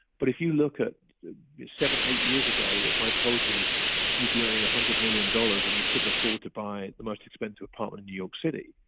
but if you look at seven, eight years ago, if i told you you'd be earning one hundred million dollars and you couldn't afford to buy the most expensive apartment in new york city,